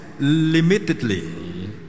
limitedly